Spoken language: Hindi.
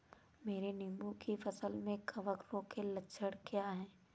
मेरी नींबू की फसल में कवक रोग के लक्षण क्या है?